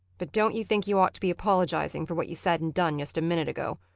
but don't you think you ought to be apologizing for what you said and done yust a minute ago,